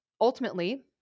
Ultimately